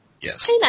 Yes